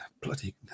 bloody